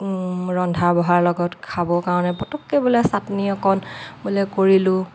ৰন্ধা বঢ়াৰ লগত খাব কাৰণে পটককে বোলে চাটনি অকণ বোলে কৰিলোঁ